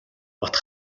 бат